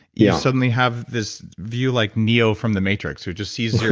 yeah suddenly have this view, like neo from the matrix, who just sees